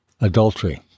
Adultery